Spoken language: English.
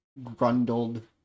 grundled